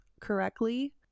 correctly